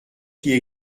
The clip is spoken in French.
qui